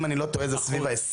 אם אני לא טועה זה סביב ה-20%.